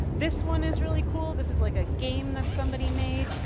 this one is really cool. this is like a game that somebody made.